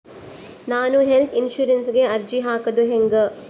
ನಾನು ಹೆಲ್ತ್ ಇನ್ಸುರೆನ್ಸಿಗೆ ಅರ್ಜಿ ಹಾಕದು ಹೆಂಗ?